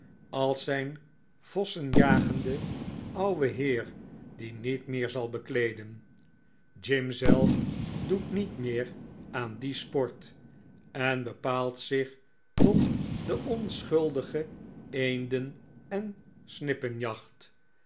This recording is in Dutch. als zijn vossenjagende ouwe heer die niet meer zal bekleeden jim zelf doet niet meer aan die sport en bepaalt zich tot de onschuldige eenden en